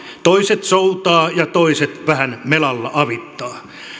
toiset soutaa ja toiset vähän melalla avittaa